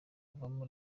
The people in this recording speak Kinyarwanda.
uvamo